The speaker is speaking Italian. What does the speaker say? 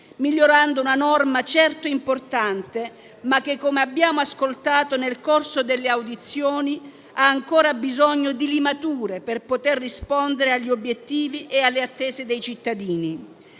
migliorando una norma certo importante ma che - come abbiamo ascoltato nel corso delle audizioni - ha ancora bisogno di limature per poter rispondere agli obiettivi e alle attese dei cittadini